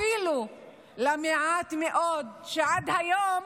אפילו למעט מאוד שעד היום